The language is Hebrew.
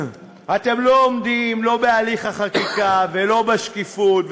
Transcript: אתם לא עומדים לא בהליך החקיקה ולא בשקיפות,